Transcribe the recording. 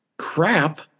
Crap